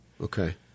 Okay